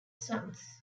sons